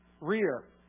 rear